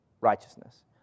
righteousness